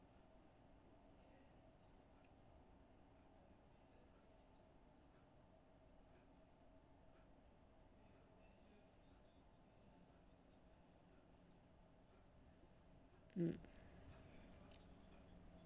mm